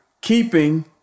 keeping